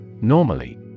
Normally